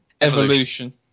Evolution